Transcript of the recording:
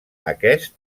aquest